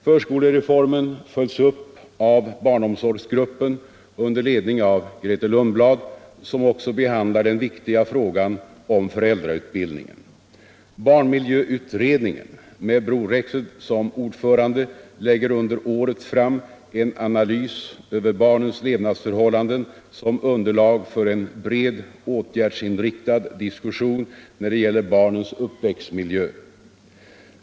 Förskolereformen följs upp av barnomsorgsgruppen under ledning av Grethe Lundblad, som också behandlar den viktiga frågan om föräldrautbildning. Barnmiljöutredningen med Bror Rexed som ordförande lägger under året fram en analys över barnens levnadsförhållanden som underlag för en bred åtgärdsinriktad diskussion när det gäller barnens uppväxtmiljö.